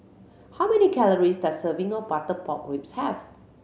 how many calories does serving of butter pork ribs have